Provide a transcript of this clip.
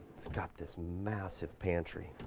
it's got this massive pantry.